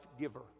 giver